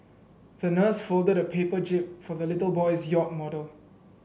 the nurse folded a paper jib for the little boy's yacht model